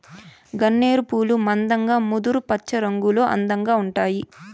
గన్నేరు పూలు మందంగా ముదురు పచ్చరంగులో అందంగా ఉంటాయి